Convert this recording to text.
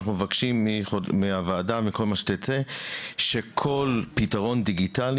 אנחנו מבקשים מהוועדה שכל פתרון דיגיטלי